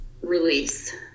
release